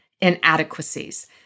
inadequacies